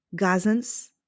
gazans